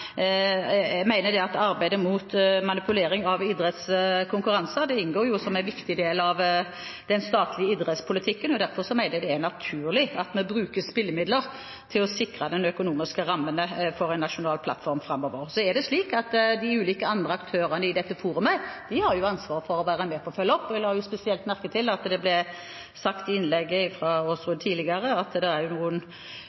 Jeg mener at arbeidet mot manipulering av idrettskonkurranser inngår som en viktig del av den statlige idrettspolitikken, og derfor mener jeg at det er naturlig at vi bruker spillemidler til å sikre de økonomiske rammene for en nasjonal plattform framover. Så har de ulike andre aktørene i dette forumet ansvar for å være med på å følge opp, og jeg la spesielt merke til at det ble sagt i innlegget fra Aasrud tidligere at det er